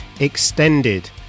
Extended